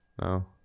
no